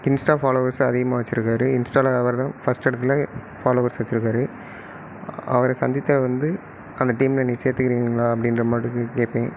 Insta followers அதிகமாக வச்சுருக்காரு இன்ஸ்ட்டாவில் அவர்தான் ஃபஸ்ட்டு இடத்துல ஃபாலோவர்ஸ் வச்சிருக்கார் அவரை சந்தித்தால் வந்து அந்த டீமில் என்னை சேர்த்துக்குறீங்களா அப்படின்ற மாதிரி போய் கேட்பேன்